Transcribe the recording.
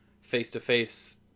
face-to-face